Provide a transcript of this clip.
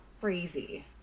crazy